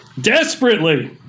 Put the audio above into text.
Desperately